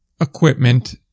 equipment